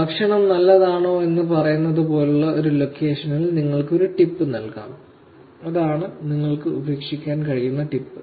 ഭക്ഷണം നല്ലതാണോ എന്ന് പറയുന്നത് പോലുള്ള ഒരു ലൊക്കേഷനിൽ നിങ്ങൾക്ക് ഒരു ടിപ്പ് നൽകാം അതാണ് നിങ്ങൾക്ക് ഉപേക്ഷിക്കാൻ കഴിയുന്ന ടിപ്പ്